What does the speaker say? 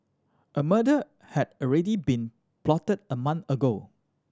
a murder had already been plotted a month ago